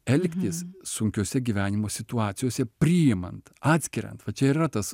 elgtis sunkiose gyvenimo situacijose priimant atskirą va čia ir yra tas